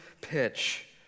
pitch